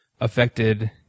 affected